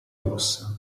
ossa